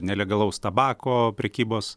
nelegalaus tabako prekybos